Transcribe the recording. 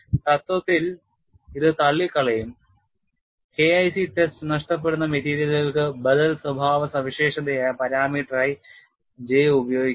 തത്വത്തിൽ ഇത് തള്ളിക്കളയും K IC ടെസ്റ്റ് നഷ്ടപ്പെടുന്ന മെറ്റീരിയലുകൾക്ക് ബദൽ സ്വഭാവ സവിശേഷതയായ പാരാമീറ്ററായി J ഉപയോഗിക്കുന്നത്